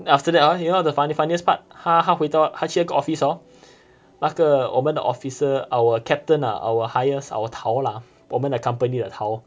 then after ah you know what the funny funniest part 他他去那个 office hor 那个我们的 officer our captain ah our highest our tao lah 我们的 company 的 tao